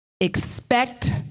Expect